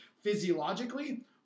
physiologically